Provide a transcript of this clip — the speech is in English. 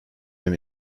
them